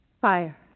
Fire